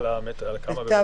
"(21)